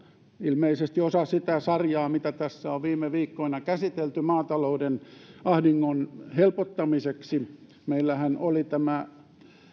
ilmeisesti osa sitä sarjaa mitä tässä on viime viikkoina käsitelty maatalouden ahdingon helpottamiseksi meillähän oli tämä